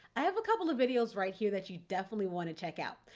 i have a couple of videos right here that you definitely want to check out.